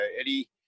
Eddie